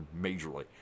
majorly